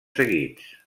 seguits